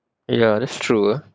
ya that's true ah